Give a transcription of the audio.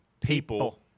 people –